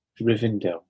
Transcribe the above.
rivendell